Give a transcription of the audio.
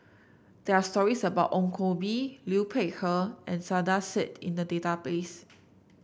there are stories about Ong Koh Bee Liu Peihe and Saiedah Said in the database